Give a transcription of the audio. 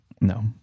No